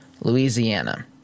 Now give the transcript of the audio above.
Louisiana